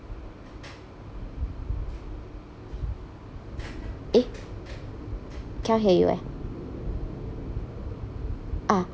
eh can't hear you eh ah